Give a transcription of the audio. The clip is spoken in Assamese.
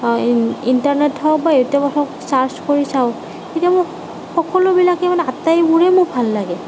ইণ্টাৰনেট হওক বা ইউটিউবত হওক ছাৰ্চ কৰি চাওঁ তেতিয়া মোৰ সকলোবিলাকে মানে আটাইবোৰে মোৰ ভাল লাগে